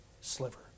sliver